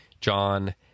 John